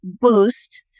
boost